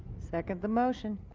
second the motion.